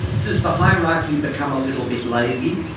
does the hierarchy become a little bit lazy?